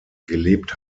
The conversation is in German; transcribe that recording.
gelebt